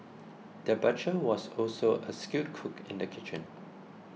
the butcher was also a skilled cook in the kitchen